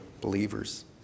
believers